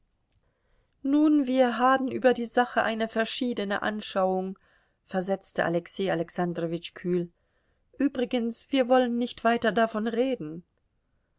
nun wir haben über die sache eine verschiedene anschauung versetzte alexei alexandrowitsch kühl übrigens wir wollen nicht weiter davon reden